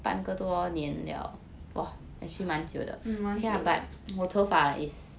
mm 蛮久的